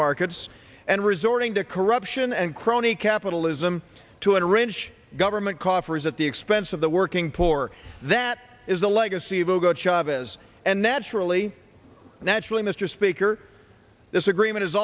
markets and resorting to corruption and crony capitalism to enrich government coffers at the expense of the working poor that is the legacy of hugo chavez and naturally naturally mr speaker this agreement is